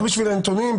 רק בשביל הנתונים,